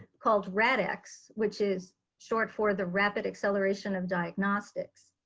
called radx, which is short for the rapid acceleration of diagnostics.